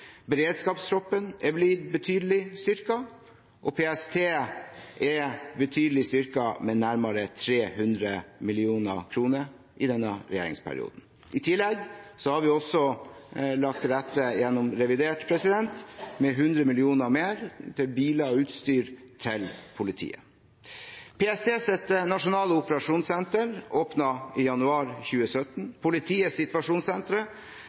Beredskapstroppen er blitt betydelig styrket, og PST er betydelig styrket med nærmere 300 mill. kr i denne regjeringsperioden. I tillegg har vi gjennom revidert nasjonalbudsjett også lagt til rette med 100 mill. kr mer til biler og utstyr til politiet. PSTs nasjonale operasjonssenter åpnet i januar